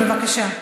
משפט לסיום בבקשה.